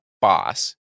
boss